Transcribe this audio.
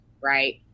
right